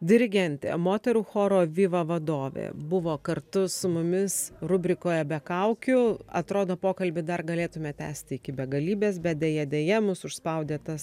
dirigentė moterų choro viva vadovė buvo kartu su mumis rubrikoje be kaukių atrodo pokalbį dar galėtume tęsti iki begalybės bet deja deja mus užspaudė tas